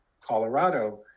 Colorado